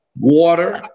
water